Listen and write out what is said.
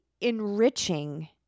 enriching